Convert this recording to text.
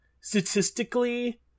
statistically